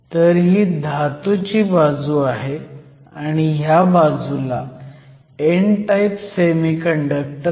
तर ही धातूची बाजू आहे आणि ह्या बाजूला n टाईप सेमीकंडक्टर आहे